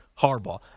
Harbaugh